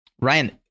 Ryan